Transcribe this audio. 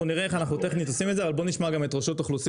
אני מנהל אגף ההיתרים ברשות האוכלוסין